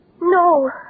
No